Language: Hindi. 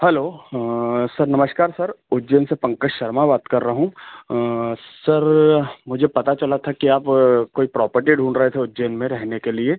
हलो सर नमस्कार सर उज्जैन से पंकज शर्मा बात कर रहा हूँ सर मुझे पता चला था कि आप कोई प्रॉपर्टी ढूंढ रहे थे उज्जैन में रहने के लिए